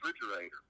refrigerator